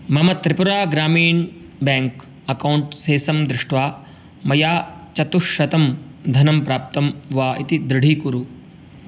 मम त्रिपुरा ग्रामीणः bank account शेषं दृष्ट्वा मया चतुश्शतं धनं प्राप्तं वा इति दृढीकुरु